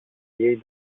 jej